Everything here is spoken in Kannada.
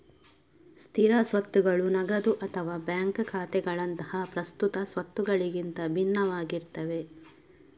ಸ್ಥಿರ ಸ್ವತ್ತುಗಳು ನಗದು ಅಥವಾ ಬ್ಯಾಂಕ್ ಖಾತೆಗಳಂತಹ ಪ್ರಸ್ತುತ ಸ್ವತ್ತುಗಳಿಗಿಂತ ಭಿನ್ನವಾಗಿರ್ತವೆ